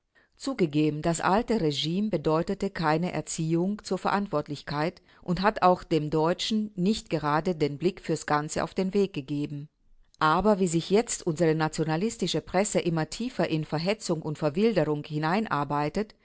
zugegeben das alte regime bedeutete keine erziehung zur verantwortlichkeit und hat auch dem deutschen nicht gerade den blick fürs ganze auf den weg gegeben aber wie sich jetzt unsere nationalistische presse immer tiefer in verhetzung und verwilderung